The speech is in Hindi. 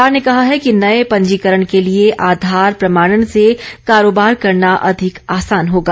सरकार ने कहा है कि नए पंजीकरण के लिए आधार प्रमाणन से कारोबार करना अधिक आसान होगा